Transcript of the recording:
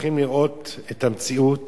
צריכים לראות את המציאות